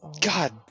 God